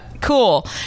cool